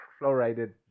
fluoride